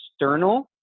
external